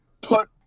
put